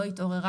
לא התעוררה.